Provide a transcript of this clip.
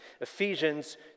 Ephesians